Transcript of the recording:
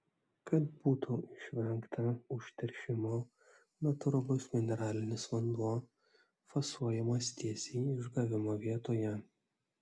kad būtų išvengta užteršimo natūralus mineralinis vanduo fasuojamas tiesiai išgavimo vietoje